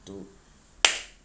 do~